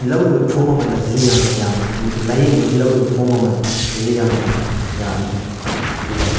ꯂꯧꯔꯤꯕ ꯐꯣꯔꯝ ꯃꯃꯜ ꯑꯁꯤꯁꯨ ꯌꯥꯝꯅ ꯌꯥꯝꯃꯤ ꯂꯥꯏꯌꯦꯡꯕꯒꯤ ꯂꯧꯔꯤꯕ ꯐꯣꯔꯝ ꯃꯃꯜꯁꯤꯁꯨ ꯌꯥꯝꯅ ꯌꯥꯝꯃꯤ ꯑꯗꯨꯒ